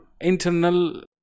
internal